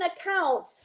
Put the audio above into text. account